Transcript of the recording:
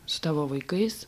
su tavo vaikais